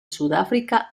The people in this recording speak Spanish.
sudáfrica